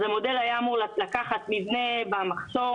אז המודל היה אמור לקחת מבנה במחסום,